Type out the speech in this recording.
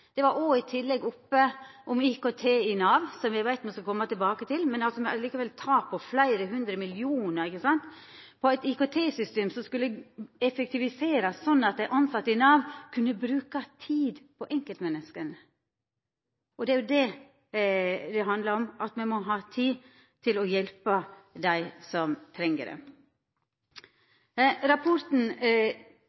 Det var i tillegg oppe forhold rundt IKT i Nav, som eg veit me skal koma tilbake til, der Nav har hatt eit tap på fleire hundre millionar kroner på eit IKT-system som skulle effektiviserast, slik at tilsette i Nav kunne bruka tid på enkeltmenneska. Det er jo det det handlar om, at me må ha tid til å hjelpa dei som treng det.